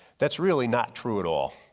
that's really not true at all.